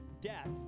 death